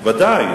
ודאי.